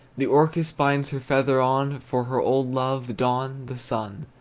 the orchis binds her feather on for her old lover, don the sun,